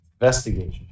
investigation